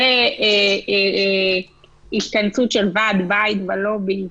זה התכנסות של ועד בית בלובי?